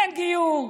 אין גיור,